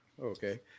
Okay